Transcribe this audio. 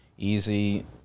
easy